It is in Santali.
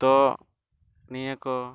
ᱛᱳ ᱱᱤᱭᱟᱹ ᱠᱚ